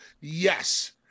Yes